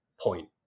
point